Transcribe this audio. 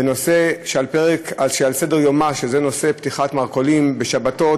בנושא שעל סדר-יומה, נושא פתיחת מרכולים בשבתות